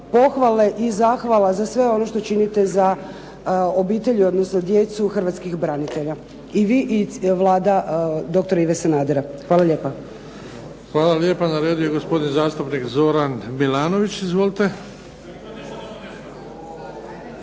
pohvale i zahvala za sve ono što činite za obitelji odnosno za djecu hrvatskih branitelja, i vi i Vlada doktora Ive Sanadera. Hvala lijepa. **Bebić, Luka (HDZ)** Hvala lijepa. Na redu je gospodin zastupnik Zoran Milanović. Izvolite.